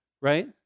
right